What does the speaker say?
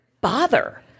bother